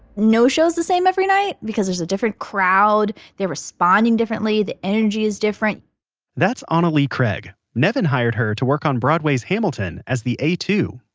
no show is the same every night because there's a different crowd, they're responding differently, the energy is different that's ah anna-lee craig, nevin hired her to work on broadway's hamilton as the a two,